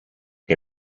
che